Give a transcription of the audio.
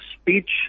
speech